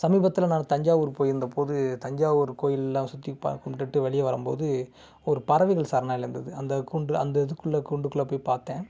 சமீபத்தில் நான் தஞ்சாவூர் போயிருந்த போது தஞ்சாவூர் கோயிலெல்லாம் சுற்றி பார்த்து கும்பிட்டுட்டு வெளியே வரும் போது ஒரு பறவைகள் சரணாலயம் இருந்தது அந்த கூண்டு அந்த இதுக்குள்ளே கூண்டுக்குள்ளே போய் பார்த்தேன்